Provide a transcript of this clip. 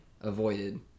avoided